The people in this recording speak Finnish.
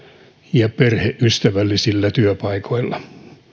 ja perheystävällisillä työpaikoilla